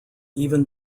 even